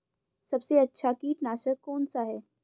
सबसे अच्छा कीटनाशक कौन सा है?